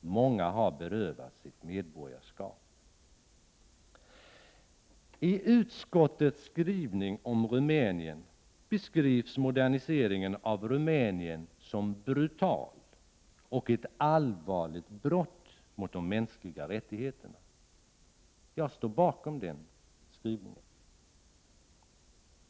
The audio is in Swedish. Många har berövats sitt medborgarskap. I utskottets skrivning om Rumänien beskrivs moderniseringen av Rumänien som ”brutal” och som ett ”allvarligt brott mot de mänskliga rättigheterna”. Jag instämmer i den skrivningen.